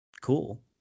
cool